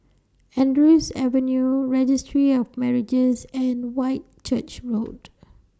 Andrews Avenue Registry of Marriages and Whitchurch Road